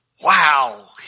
Wow